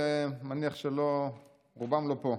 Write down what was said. ומניח שרובם לא פה.